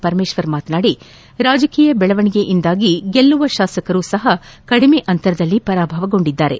ಪರಮೇಶ್ವರ್ ಮಾತನಾಡಿ ರಾಜಕೀಯ ಬೆಳವಣಿಗೆಯಿಂದಾಗಿ ಗೆಲ್ಲುವ ಶಾಸಕರು ಸಪ ಕಡಿಮೆ ಅಂತರದಲ್ಲಿ ಪರಾಭವಗೊಂಡಿದ್ದಾರೆ